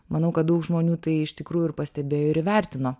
manau kad daug žmonių tai iš tikrųjų ir pastebėjo ir įvertino